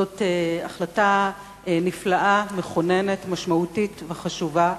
זאת החלטה נפלאה, מכוננת, משמעותית וחשובה,